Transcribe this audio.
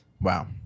Wow